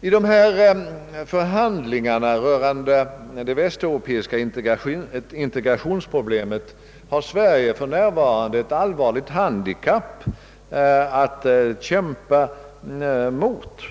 I dessa förhandlingar rörande det västeuropeiska = integrationsproblemet har Sverige för närvarande ett allvarligt handikapp att kämpa mot.